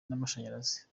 n’amashanyarazi